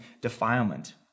defilement